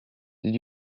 did